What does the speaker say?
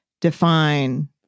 define